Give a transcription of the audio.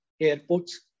airports